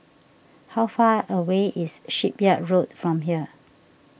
how far away is Shipyard Road from here